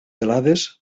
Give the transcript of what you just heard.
gelades